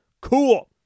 Cool